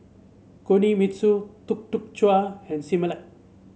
Kinohimitsu Tuk Tuk Cha and Similac